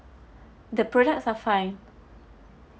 the products are fine